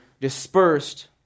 dispersed